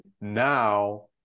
now